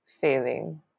failing